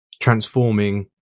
transforming